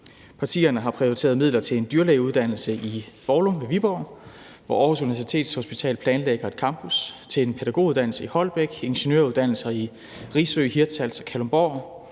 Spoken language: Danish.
Partierne har prioriteret midler til en dyrlægeuddannelse i Foulum ved Viborg, hvor Aarhus Universitetshospital planlægger en campus, til en pædagoguddannelse i Holbæk, ingeniøruddannelser i Risø, Hirtshals og Kalundborg;